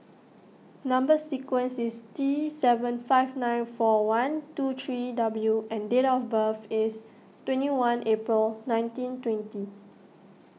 Number Sequence is T seven five nine four one two three W and date of birth is twenty one April nineteen twenty